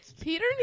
Peter